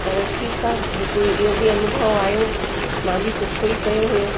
पर ठीकु आहे कोई इहो बि अनुभव आयो मां बि सुठो ई कयो हुओ